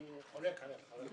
אני חולק עליך.